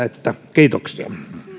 kiitoksia